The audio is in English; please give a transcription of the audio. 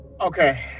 Okay